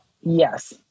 Yes